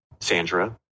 Sandra